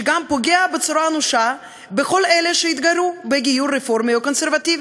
שגם פוגע בצורה אנושה בכל אלה שהתגיירו בגיור רפורמי או קונסרבטיבי,